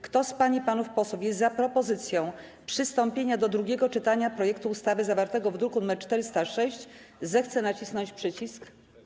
Kto z pań i panów posłów jest za propozycją przystąpienia do drugiego czytania projektu ustawy zawartego w druku nr 406, zechce nacisnąć przycisk.